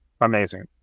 Amazing